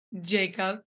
Jacob